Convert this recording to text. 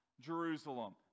Jerusalem